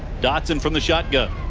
dodson from the shotgun.